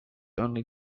only